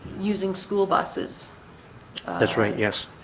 using school buses that's right. yes,